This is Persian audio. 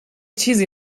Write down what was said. چیزی